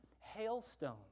hailstones